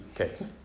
Okay